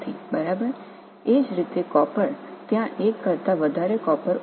இதேபோல் காப்பரில் ஒன்றுக்கு மேற்பட்ட காப்பர்கள் இருக்கின்ற